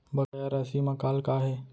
बकाया राशि मा कॉल का हे?